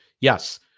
Yes